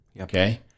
Okay